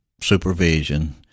supervision